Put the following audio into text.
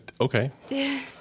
Okay